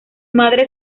madre